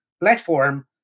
platform